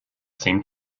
seemed